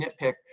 nitpick